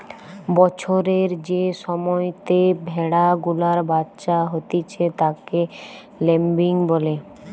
বছরের যে সময়তে ভেড়া গুলার বাচ্চা হতিছে তাকে ল্যাম্বিং বলে